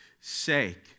sake